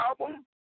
album